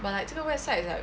but like 这个 website like